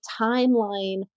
timeline